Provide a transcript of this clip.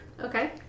Okay